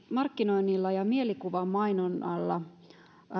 markkinoinnilla ja mielikuvamainonnalla